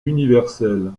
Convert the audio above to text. universel